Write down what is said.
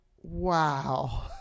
wow